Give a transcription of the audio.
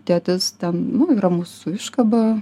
tėtis ten nu yra mūsų iškaba